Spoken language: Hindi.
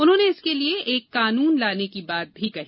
उन्होंने इसके लिये एक कानून लाने की बात कही